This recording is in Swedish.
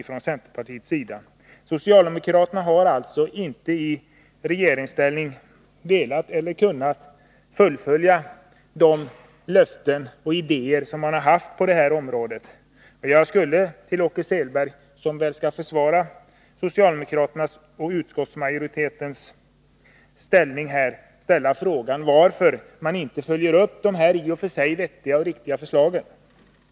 I regeringsställ ning har socialdemokraterna alltså inte velat eller kunnat fullfölja sina löften Nr 144 och idéerna på det här området. Jag skulle vilja fråga Åke Selberg som väl Tisdagen den kommer att försvara socialdemokraternas och utskottsmajoritetens ställ 10 maj 1983 ningstagande, varför man inte följer upp de här i och för sig vettiga förslagen.